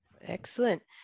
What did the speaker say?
Excellent